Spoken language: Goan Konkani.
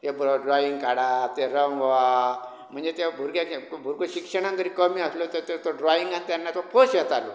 ये बरो ड्रॉव्हींग काडात तें रंगवा म्हणजे ते भुरग्याचें भुरगो शिक्षणान जरी कमी आसलो तर तर तो ड्रॉव्हींगान तेन्ना तो खूश जातालो